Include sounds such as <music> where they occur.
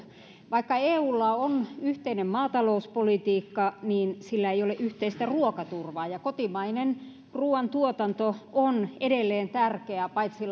vaikka eulla on yhteinen maatalouspolitiikka sillä ei ole yhteistä ruokaturvaa ja kotimainen ruoantuotanto on edelleen tärkeää paitsi <unintelligible>